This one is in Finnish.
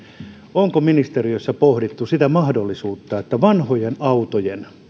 onko ministeriössä pohdittu sitä mahdollisuutta vanhojen autojen